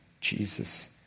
Jesus